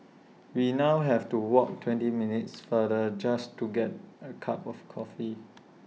we now have to walk twenty minutes further just to get A cup of coffee